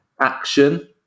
action